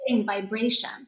vibration